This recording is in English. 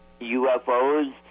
UFOs